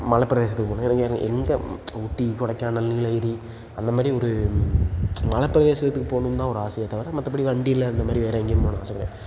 மலைப்பிரதேசத்துக்கு போனால் இறங்கி இறங்கி எங்கே ஊட்டி கொடைக்கானல் நீலகிரி அந்த மாதிரி ஒரு மலைப்பிரதேசத்துக்கு போகணுன்னு தான் ஒரு ஆசையே தவிர மற்றபடி வண்டியில் அந்த மாதிரி வேறு எங்கேயும் போகணுன்னு ஆசை கிடையாது